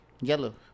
yellow